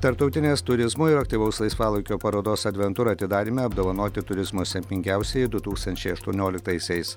tarptautinės turizmo ir aktyvaus laisvalaikio parodos adventur atidaryme apdovanoti turizmo sėkmingiausieji du tūkstančiai aštuonioliktaisiais